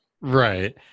right